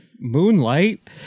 Moonlight